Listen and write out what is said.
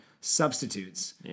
substitutes